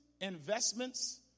investments